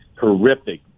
horrific